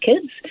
kids